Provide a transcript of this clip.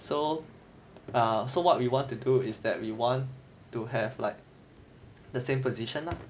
so err so what we want to do is that we want to have like the same position lah